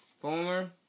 former